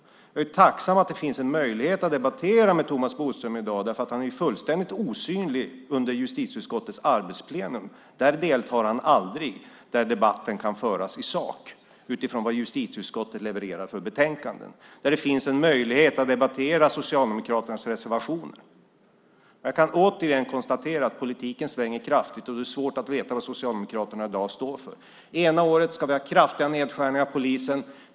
Jag är tacksam att det finns en möjlighet att debattera med Thomas Bodström i dag, därför att han är fullständigt osynlig under justitieutskottets arbetsplenum. Där deltar han aldrig, där debatten kan föras i sak utifrån vad justitieutskottet levererar för betänkanden och där det finns en möjlighet att debattera Socialdemokraternas reservationer. Jag kan återigen konstatera att politiken svänger kraftigt, och det är svårt att veta vad Socialdemokraterna står för. Ena året ska vi ha kraftiga nedskärningar inom polisen.